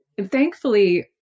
thankfully